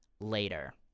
later